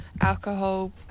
alcohol